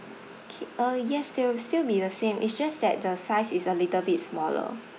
K uh yes they will still be the same it's just that the size is a little bit smaller